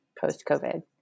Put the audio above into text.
post-COVID